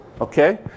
okay